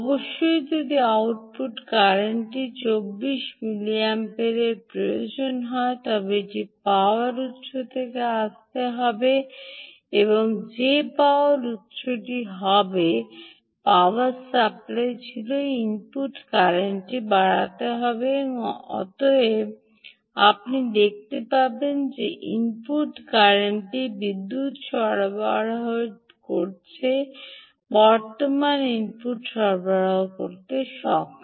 অবশ্যই যদি আউটপুট কারেন্টটি 24 মিলি অ্যাম্পিয়ারের প্রয়োজন হয় তবে এটি পাওয়ার উত্স থেকে আসতে হবে এবং যে পাওয়ার উত্সটি উত্সাহিত হয়েছিল পাওয়ার সাপ্লাই ছিল ইনপুট কারেন্টটি বাড়াতে হবে এবং অতএব আপনি দেখতে পারেন যে ইনপুট কারেন্টটি বিদ্যুত সরবরাহ সরবরাহ করছে বর্তমান ইনপুট সরবরাহ করতে সক্ষম